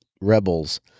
rebels